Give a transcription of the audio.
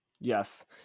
Yes